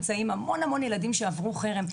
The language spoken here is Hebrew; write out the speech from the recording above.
ובה נמצאים המון המון ילדים שעברו חרם.